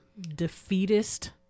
defeatist